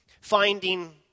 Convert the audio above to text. finding